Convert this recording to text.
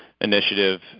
initiative